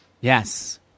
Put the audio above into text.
Yes